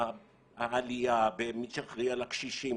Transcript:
העלייה ומי שאחראי על הקשישים,